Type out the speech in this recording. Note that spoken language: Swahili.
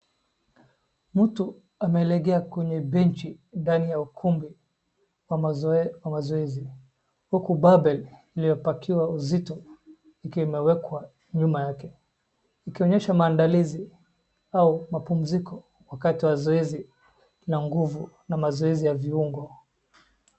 Mtu amelegea kwenye benchi ndani ya ukumbi wa mazoezi, huku barbell iliyopakiwa uzito ikiwa imewekwa nyuma yake, ikionyesha maandalizi au mapumziko wakati wa mazoezi na nguvu na mazoezi ya viungo.